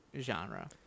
genre